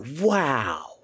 wow